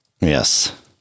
yes